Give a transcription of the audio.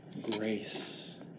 Grace